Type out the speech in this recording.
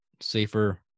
safer